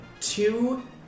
two